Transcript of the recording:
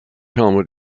helmet